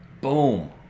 Boom